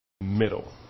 middle